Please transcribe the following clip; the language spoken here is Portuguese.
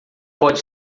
pode